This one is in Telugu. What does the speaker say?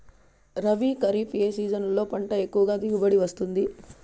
రబీ, ఖరీఫ్ ఏ సీజన్లలో పంట ఎక్కువగా దిగుబడి వస్తుంది